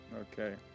Okay